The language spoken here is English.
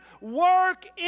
work